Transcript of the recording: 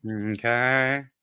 Okay